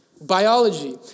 biology